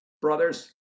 brothers